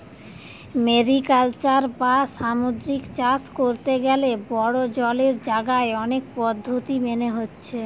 mariculture বা সামুদ্রিক চাষ কোরতে গ্যালে বড়ো জলের জাগায় অনেক পদ্ধোতি মেনে হচ্ছে